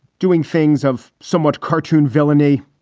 doing things of so much cartoon villainy,